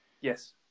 Yes